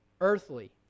Earthly